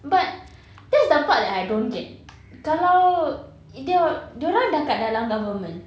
but that's the part that I don't get kalau they're dia orang dah kat dalam government